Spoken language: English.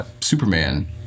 Superman